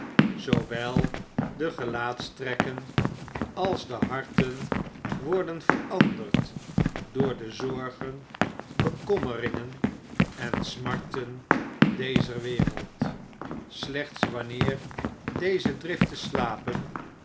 zoowel de gelaatstrekken als de harten worden veranderd door de zorgen bekommeringen en smarten dezer wereld slechts wanneer deze driften slapen